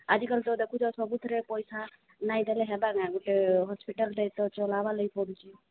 ଆଜିକାଲି ତ ଦେଖୁଛ ସବୁଥିରେ ପଇସା ନାଇଁ ଦେଲେ ହେବା ନା ଗୋଟେ ହସ୍ପିଟାଲ୍ଟା ତ ଚଲାବା ଲାଗି ପଡ଼ୁଛି